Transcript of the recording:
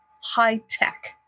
high-tech